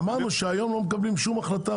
אמרנו שהיום לא מקבלים שום החלטה,